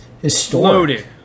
historic